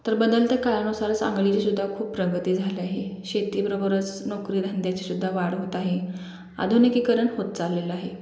तर बदलत्या काळानुसार सांगलीची सुद्धा खूप प्रगती झाली आहे शेतीबरोबरच नोकरीधंद्याची सुद्धा वाढ होत आहे आधुनिकीकरण होत चाललेलं आहे